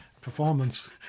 performance